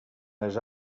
les